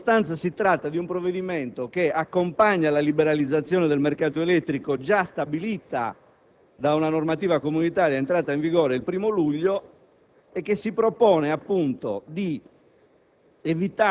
In sostanza, è un provvedimento che accompagna la liberalizzazione del mercato elettrico, già stabilita da una normativa comunitaria entrata in vigore il 1° luglio, e che si propone di